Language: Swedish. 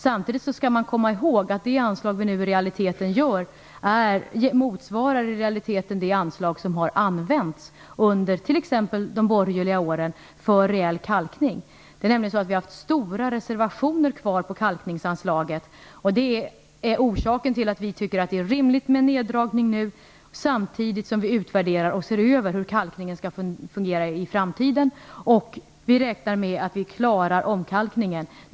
Samtidigt skall man komma ihåg att det anslag vi nu ger i realiteten motsvarar det anslag som har använts för reell kalkning under t.ex. de borgerliga åren. Det har nämligen funnits stora reservationer kvar på kalkningsanslaget. Det är orsaken till att vi nu tycker att det är rimligt med en neddragning, samtidigt som vi utvärderar och ser över hur kalkningen skall fungera i framtiden. Vi räknar med att vi klarar omkalkningen.